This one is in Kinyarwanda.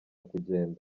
kugenda